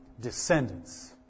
descendants